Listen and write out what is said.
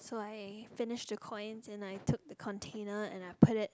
so I finish the coins and I took the container and I put it